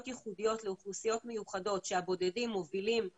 ייחודיות לאוכלוסיות מיוחדות שהבודדים מובילים את